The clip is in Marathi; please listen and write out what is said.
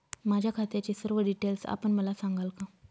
माझ्या खात्याचे सर्व डिटेल्स आपण मला सांगाल का?